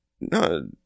No